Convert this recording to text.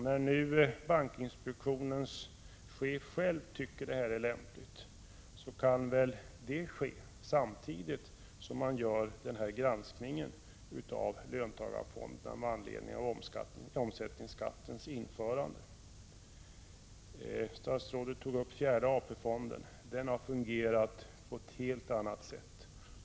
När nu bankinspektionens chef själv tycker att det är lämpligt med en undersökning kan väl en sådan ske, samtidigt som man gör granskningen av löntagarfonderna med anledning av höjningen av omsättningsskatten. Statsrådet tog upp fjärde AP-fonden. Den har fungerat på ett helt annat sätt.